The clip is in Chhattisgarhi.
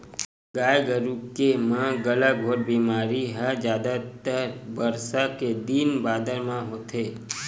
गाय गरु के म गलाघोंट बेमारी ह जादातर बरसा के दिन बादर म होथे